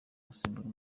gusimbura